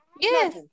Yes